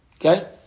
Okay